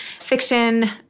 fiction